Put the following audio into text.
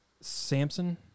Samson